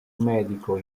medico